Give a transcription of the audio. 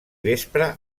vespre